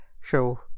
show